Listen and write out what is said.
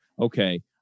okay